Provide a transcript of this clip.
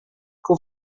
con